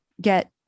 get